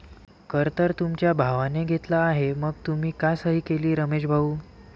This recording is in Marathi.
कर तर तुमच्या भावाने घेतला आहे मग तुम्ही का सही केली रमेश भाऊ?